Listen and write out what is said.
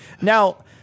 Now